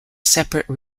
separate